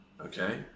okay